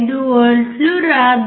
5V వ్రాద్దాం